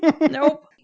Nope